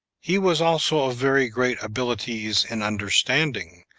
he was also of very great abilities in understanding,